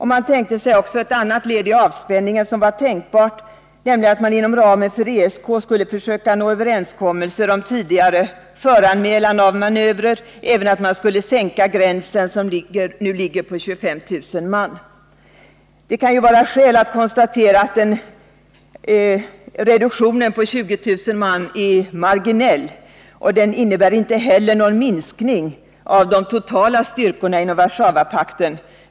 Ett annat tänkbart led i avspänningen var att man inom ramen för ESK skulle försöka nå överenskommelser om tidigare föranmälan av manövrar samt att man skulle sänka gränsen, som nu ligger vid 25 000 man. Det kan vara skäl att konstatera att reduktionen på 20 000 man är marginell och inte innebär någon minskning av de totala styrkorna inom Warszawapakten.